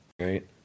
Right